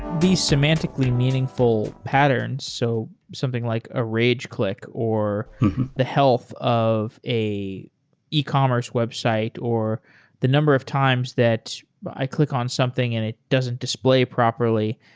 these semantically meaningful patterns, so something like a rage click, or the health of an ecommerce website, or the number of times that i click on something and it doesn't display properly.